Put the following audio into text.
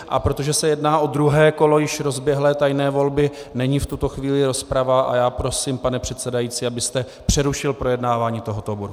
A protože se jedná o druhé kolo již rozběhlé tajné volby, není v tuto chvíli rozprava a já prosím, pane předsedající, abyste přerušil projednávání tohoto bodu.